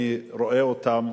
רואה אותן